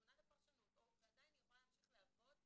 נתונה לפרשנות ועדיין היא יכולה להמשיך לעבוד,